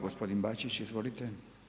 Gospodin Bačić, izvolite.